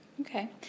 Okay